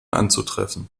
anzutreffen